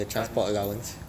you can't